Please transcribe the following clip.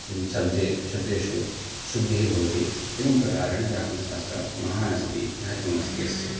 सं शब्दे शब्देषु शुद्धिः भवति एवं प्रकारेण व्याकरणशास्त्रं महान् अस्ति महत्वमस्ति अस्य